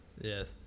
Yes